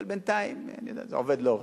אבל בינתיים זה עובד לא רע.